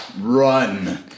run